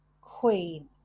queen